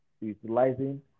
utilizing